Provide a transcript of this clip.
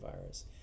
virus